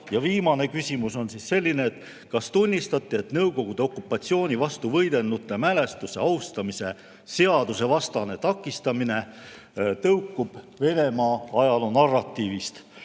aga viimane küsimus on selline: "Kas tunnistate, et Nõukogude okupatsiooni vastu võidelnute mälestuse austamise (seadusevastane) takistamine tõukub Venemaa ajaloonarratiivist?"